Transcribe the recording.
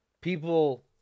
People